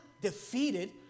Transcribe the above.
defeated